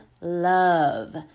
love